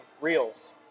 Reels